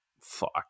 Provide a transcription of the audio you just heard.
Fuck